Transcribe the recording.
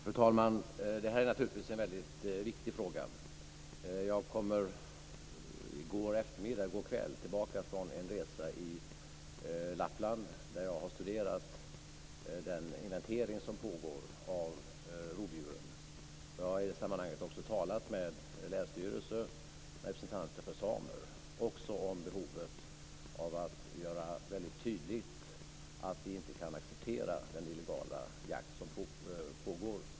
Fru talman! Det här är naturligtvis en väldigt viktig fråga. Jag kom i går kväll tillbaka från en resa i Lappland där jag har studerat den inventering av rovdjuren som pågår. Jag har i sammanhanget också talat med länsstyrelse och med representanter för samer, bl.a. om behovet av att göra tydligt att vi inte kan acceptera den illegala jakt på rovdjur som pågår.